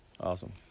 awesome